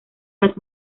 las